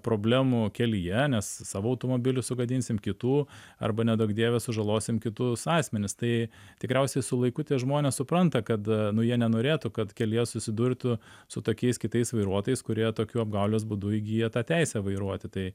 problemų kelyje nes savo automobilį sugadinsim kitų arba neduok dieve sužalosim kitus asmenis tai tikriausiai su laiku tie žmonės supranta kad nu jie nenorėtų kad kelyje susidurtų su tokiais kitais vairuotojais kurie tokiu apgaulės būdu įgyja teisę vairuoti tai